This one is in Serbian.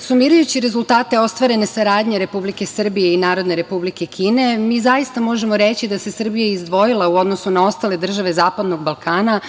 Sumirajući rezultate ostvare saradnje Republike Srbije i Narodne Republike Kine mi zaista možemo reći da se Srbija izdvojila u odnosu na ostale države Zapadnog Balkana